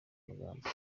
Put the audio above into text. magambo